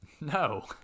No